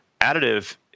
additive